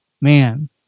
Man